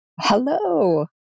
Hello